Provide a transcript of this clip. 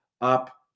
up